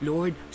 Lord